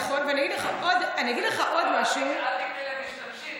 אל תקראי להם "משתמשים".